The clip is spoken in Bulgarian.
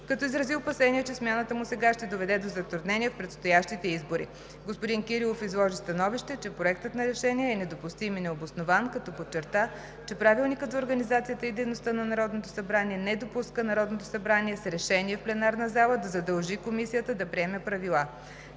като изрази опасение, че смяната му сега ще доведе до затруднения в предстоящите избори. Господин Кирилов изложи становище, че Проектът на решение е недопустим и необоснован, като подчерта, че Правилникът за организацията и дейността на Народното събрание не допуска Народното събрание с решение в пленарната зала да задължи Комисията да приеме правила.